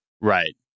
Right